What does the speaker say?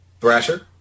Thrasher